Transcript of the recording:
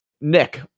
Nick